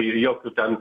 ir jokių ten